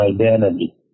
identity